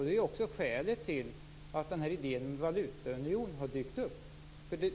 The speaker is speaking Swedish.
Det är också därför som idén till en valutaunion har dykt upp.